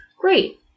Great